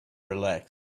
relaxed